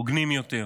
הוגנים יותר,